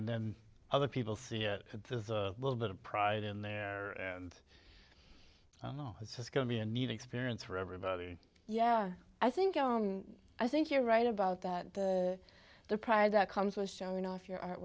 and then other people see a little bit of pride in there and i know it's going to be a neat experience for everybody yeah i think alan i think you're right about that the the pride that comes with showing off your art